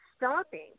Stopping